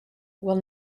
will